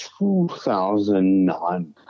2009